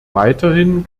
weiterhin